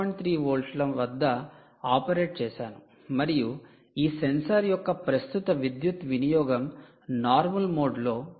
3 వోల్ట్ల వద్ద ఆపరేట్ చేసాను మరియు ఈ సెన్సార్ యొక్క ప్రస్తుత విద్యుత్ వినియోగం నార్మల్ మోడ్ లో 4